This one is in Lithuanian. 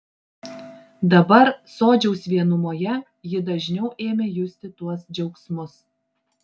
dabar sodžiaus vienumoje ji dažniau ėmė justi tuos džiaugsmus